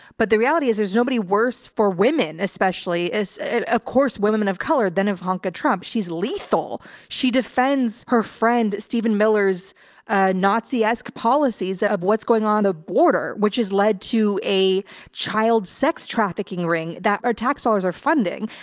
but the reality is there's nobody worse for women especially is of course women of color. then ivanka trump, she's lethal. she defends her friend stephen miller's ah naziesque policies of what's going on the border, which has led to a child sex trafficking ring that our tax dollars are funding.